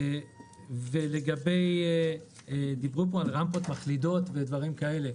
לגבי רמפות מחלידות וכן הלאה,